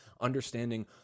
understanding